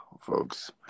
Folks